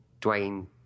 Dwayne